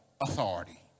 authority